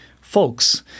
folks